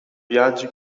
viaggi